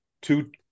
two